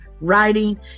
writing